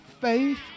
faith